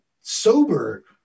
sober